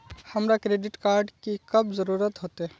हमरा credit card की कब जरूरत होते?